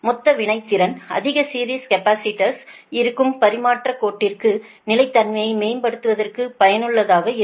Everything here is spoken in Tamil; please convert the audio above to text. மொத்த வினைத்திறன் அதிக சீரிஸ் கேபஸிடர்ஸ்கள் இருக்கும் பரிமாற்றக் கோட்டிற்கு நிலைத்தன்மையை மேம்படுத்துவதற்கு பயனுள்ளதாக இருக்கும்